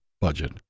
budget